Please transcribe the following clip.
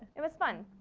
it was fun,